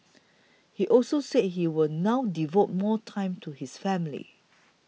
he also said he will now devote more time to his family